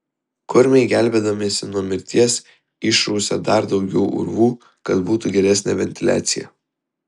kurmiai gelbėdamiesi nuo mirties išrausė dar daugiau urvų kad būtų geresnė ventiliacija